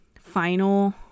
final